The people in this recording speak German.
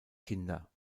kinder